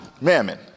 Mammon